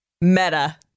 Meta